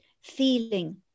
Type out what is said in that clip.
feeling